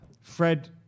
Fred